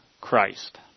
Christ